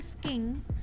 king